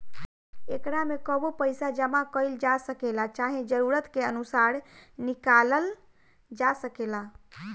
एकरा में कबो पइसा जामा कईल जा सकेला, चाहे जरूरत के अनुसार निकलाल जा सकेला